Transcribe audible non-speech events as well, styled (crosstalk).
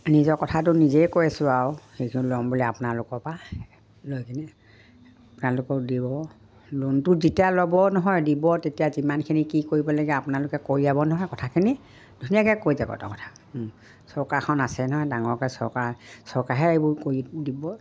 নিজৰ কথাটো নিজেই কৈ আছোঁ আৰু সেইখিনি ল'ম বুলি আপোনালোকৰ পৰা লৈ কিনে আপোনালোকক দিব লোনটো যেতিয়া ল'ব নহয় দিব তেতিয়া যিমানখিনি কি কৰিব লাগে আপোনালোকে (unintelligible) নহয় কথাখিনি ধুনীয়াকে কৈ যাব তেওঁৰ কথা চৰকাৰখন আছে নহয় ডাঙৰকে চৰকাৰ চৰকাৰহে এইবোৰ কৰি দিব